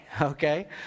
okay